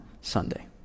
Sunday